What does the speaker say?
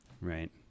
Right